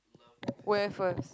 where first